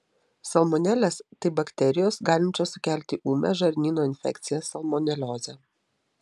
salmonelės tai bakterijos galinčios sukelti ūmią žarnyno infekciją salmoneliozę